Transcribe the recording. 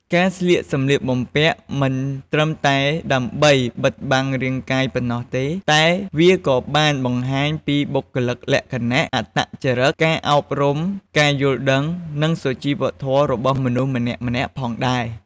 ការស្លៀកសម្លៀកបំពាក់មិនត្រឹមតែដើម្បីបិទបាំងរាងកាយប៉ុណ្ណោះទេ តែវាក៏បានបង្ហាញពីបុគ្គលិកលក្ខណៈ អត្តចរឹត ការអប់រំ ការយល់ដឹង និងសុជីវធម៌របស់មនុស្សម្នាក់ៗផងដែរ។